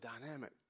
dynamic